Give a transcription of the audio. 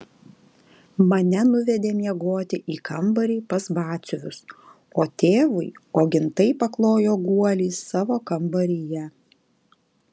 mane nuvedė miegoti į kambarį pas batsiuvius o tėvui ogintai paklojo guolį savo kambaryje